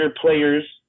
players